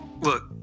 Look